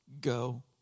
go